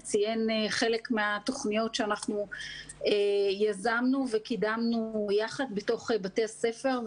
ציין חלק מהתוכניות שאנחנו יזמנו וקידמנו יחד בתוך בתי הספר.